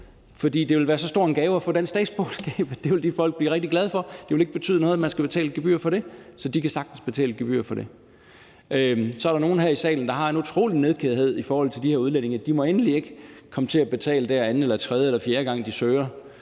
For det ville være så stor en gave at få dansk statsborgerskab, at det vil de folk blive rigtig glade for. Det ville ikke betyde noget, at man skal betale et gebyr for det, så de kan sagtens betale gebyret for det. Så er der nogle her i salen, som har en utrolig nidkærhed i forhold til de her udlændinge: De må endelig ikke komme til at betale anden eller tredje eller fjerde gang, de søger,